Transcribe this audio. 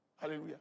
Hallelujah